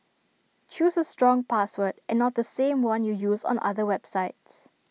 choose A strong password and not the same one you use on other websites